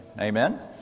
Amen